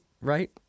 Right